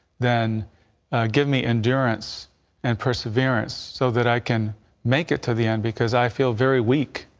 then give me endurance and perseverance so that i can make it to the end because i feel very weak.